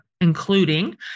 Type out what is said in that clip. including